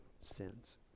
sins